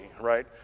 right